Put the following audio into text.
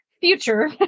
future